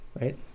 Right